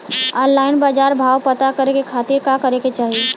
Online बाजार भाव पता करे के खाती का करे के चाही?